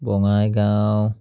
Bongaigaon